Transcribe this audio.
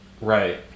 right